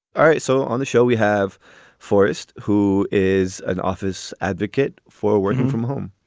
all right. so on the show, we have forest, who is an office advocate for working from home.